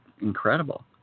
incredible